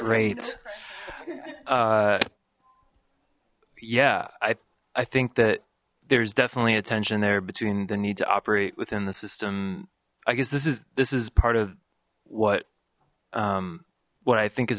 rate yeah i i think that there's definitely a tension there between the need to operate within the system i guess this is this is part of what what i think is